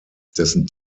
dessen